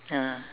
ah